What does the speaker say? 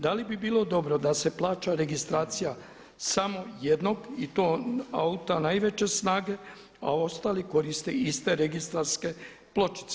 Da li bi bilo dobro da se plaća registracija samo jednog i to auta najveće snage, a ostali koriste iste registarske pločice.